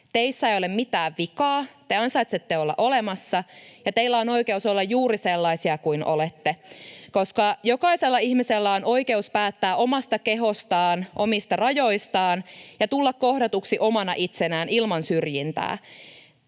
teissä ei ole mitään vikaa. Te ansaitsette olla olemassa, ja teillä on oikeus olla juuri sellaisia kuin olette, koska jokaisella ihmisellä on oikeus päättää omasta kehostaan, omista rajoistaan ja tulla kohdatuksi omana itsenään ilman syrjintää.